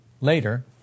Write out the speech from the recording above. later